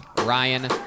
Ryan